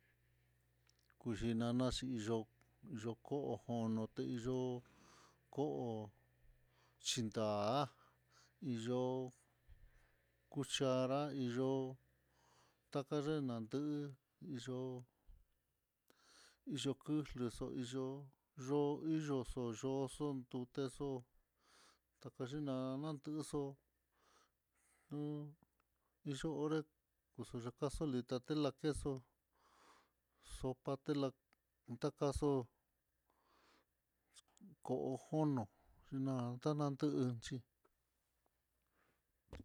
Kuxhi nana xhiyo, yoko ojonoté iyo'o koo xhinda'a yo'o cuchara iyo'o taka ndendate y yo'o y yo'o kuxlu iyo'o yoxo yo'o, xondete xo'ó takaxhi nanan, tuxo'o lu yo'o onré kuxo yakaxo litatela x sopa tela'a, ndakaxo koo jono xhinan tanantenxi.